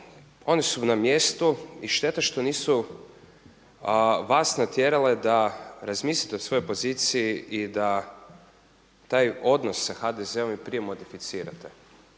oni su na mjestu i šteta što nisu vas natjerale da razmislite o svojoj poziciji i da taj odnos sa HDZ-om i prije modificirate.